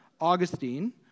Augustine